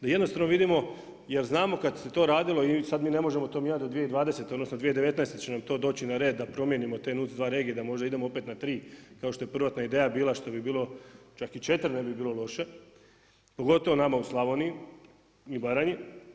Da jednostavno vidimo, jel znamo kad se to radilo i sad to ne možemo … do 2020., odnosno 2019. će nam to doći na red, da promijenimo te NUC 2 regije, da možda idemo opet na 3, kao što je prvotna ideja bila, što bi bilo, čak ni 4 ne bi bilo loše, pogotovo nama u Slavoniji i Baranji.